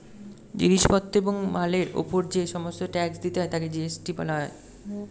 জিনিস পত্র এবং মালের উপর যে সমস্ত ট্যাক্স দিতে হয় তাকে জি.এস.টি বলা হয়